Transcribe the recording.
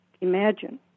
imagine